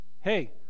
Hey